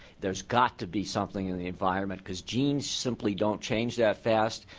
there has got to be something in the environment because genes simply don't change that fast.